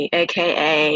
aka